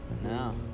No